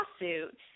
lawsuit